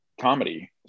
comedy